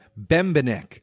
Bembenek